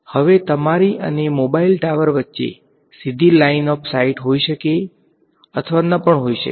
હવે તમારી અને મોબાઇલ ટાવર વચ્ચે સીધી લાઈન ઓફ સાઈટ હોઈ શકે છે અથવા ન પણ હોઈ શકે